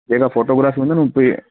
जेका फ़ोटोग्राफ़ी हूंदी आहे न हू फ्री आहे